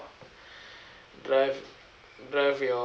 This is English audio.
drive drive